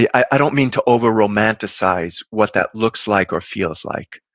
i don't mean to over-romanticize what that looks like or feels like.